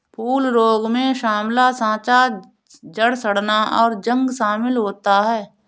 फूल रोग में साँवला साँचा, जड़ सड़ना, और जंग शमिल होता है